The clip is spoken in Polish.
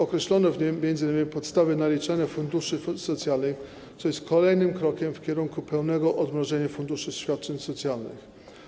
Określono w nim m.in. podstawy naliczania funduszy socjalnych, co jest kolejnym krokiem w kierunku pełnego odmrożenia funduszy świadczeń socjalnych.